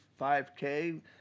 5K